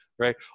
Right